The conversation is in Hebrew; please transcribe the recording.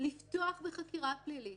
לפתוח בחקירה פלילית,